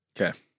Okay